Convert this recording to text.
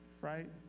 right